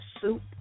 soup